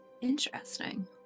Interesting